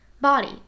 body